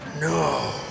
No